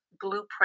blueprint